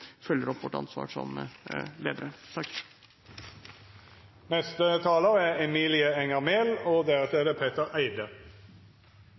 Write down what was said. følger opp vårt ansvar som ledere. § 3 i dagens beredskapslov er